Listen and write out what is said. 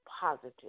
positive